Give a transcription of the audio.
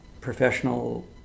professional